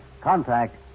contact